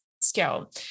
skill